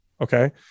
Okay